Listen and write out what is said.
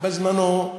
נו.